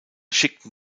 schickten